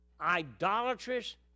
idolatrous